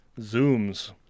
zooms